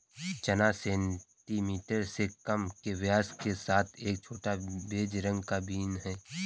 चना सेंटीमीटर से कम के व्यास के साथ एक छोटा, बेज रंग का बीन है